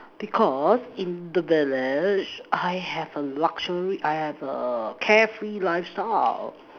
because in the village I have a luxury I have a care free lifestyle